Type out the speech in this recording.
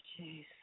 Jeez